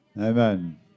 Amen